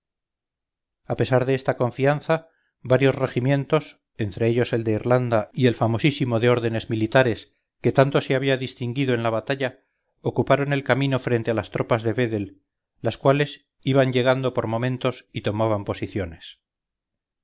a pesar de esta confianza varios regimientos entre ellos el de irlanda y el famosísimo de órdenes militares que tanto se había distinguido en la batalla ocuparon el camino frente a las tropas de vedel las cuales iban llegando por momentos y tomaban posiciones